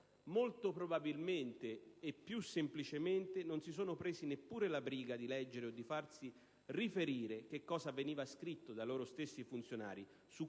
Molto probabilmente e più semplicemente non si sono presi neppure la briga di leggere o di farsi riferire che cosa veniva scritto dai loro stessi funzionari